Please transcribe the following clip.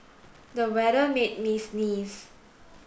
the weather made me sneeze